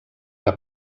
que